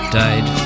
died